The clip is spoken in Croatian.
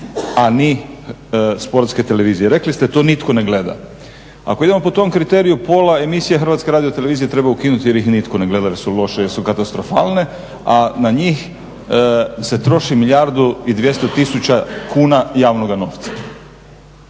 a ni Sportske televizije. Rekli ste to nitko ne gleda. Ako idemo po tom kriteriju pola emisija Hrvatske radiotelevizije treba ukinuti jer ih nitko ne gleda, jer su loše, jer su katastrofalne a na njih se troši milijardu i 200 tisuća kuna javnoga novca.